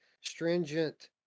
stringent